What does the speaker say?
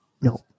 No